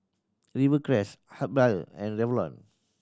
Rivercrest Habhal and Revlon